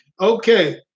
Okay